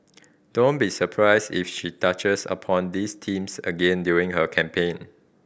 don't be surprised if she touches upon these themes again during her campaign